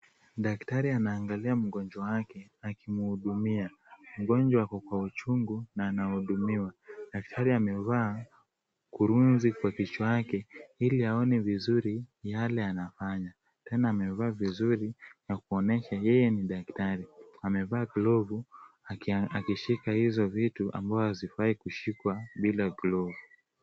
Daktari anaangalia mgonjwa wake akimhudumia. Mgonjwa ako kwa uchungu na anahudumiwa. Daktari amevaa kurunzi kwa kichwa yake ili aone vizuri yale anafanya. Tena, amevaa vizuri na kuonyesha yeye ni daktari. Amevaa glovu akishika hizo vitu ambayo hazifai kushikwa bila glovu.